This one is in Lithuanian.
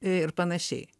ir panašiai